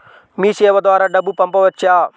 మీసేవ ద్వారా డబ్బు పంపవచ్చా?